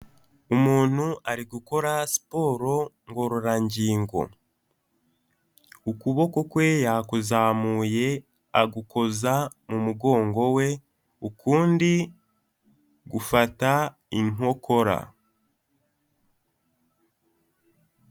Umuntu ari gukora siporo ngororangingo, ukuboko kwe yakuzamuye agukoza mu mugongo we, ukundi gufata inkokora.